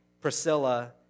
Priscilla